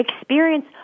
experience